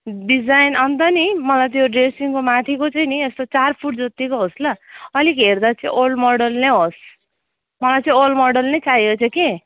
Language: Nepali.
डिजाइन अन्त नि मलाई त्यो ड्रेसिङको माथिको चाहिँ नि यस्तो चार फिट जतिको होस् ल अलिक हेर्दा चाहिँ ओल्ड मोडल नै होस् मलाई चाहिँ ओल्ड मोडल नै चाहिएको थियो कि